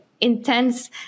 intense